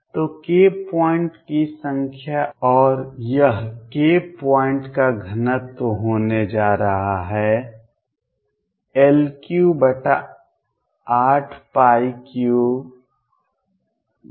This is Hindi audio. तो k पॉइंट्स की संख्या और यह k पॉइंट्स का घनत्व होने जा रहा है L38343kF3